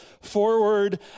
forward